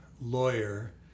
lawyer